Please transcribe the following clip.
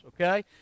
Okay